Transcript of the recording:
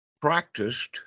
practiced